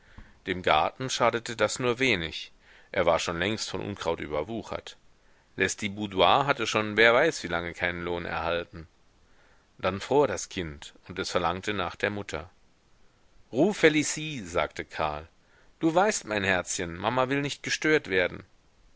dem garten schadete das nur wenig er war schon längst von unkraut überwuchert lestiboudois hatte schon wer weiß wie lange keinen lohn erhalten dann fror das kind und es verlangte nach der mutter ruf felicie sagte karl du weißt mein herzchen mama will nicht gestört werden